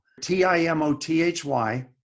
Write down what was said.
T-I-M-O-T-H-Y